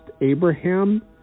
Abraham